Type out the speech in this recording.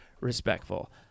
respectful